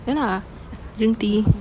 can ah drink tea